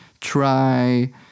try